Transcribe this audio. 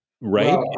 right